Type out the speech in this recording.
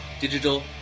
Digital